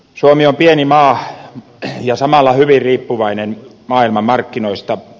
suomi on pieni maa ja samalla hyvin riippuvainen maailmanmarkkinoista